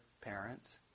parents